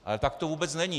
Ale tak to vůbec není.